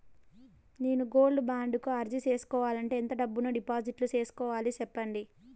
నేను gold bond కు అర్జీ సేసుకోవాలంటే ఎంత డబ్బును డిపాజిట్లు సేసుకోవాలి సెప్పండి